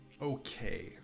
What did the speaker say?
okay